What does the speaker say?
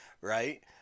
right